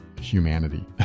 humanity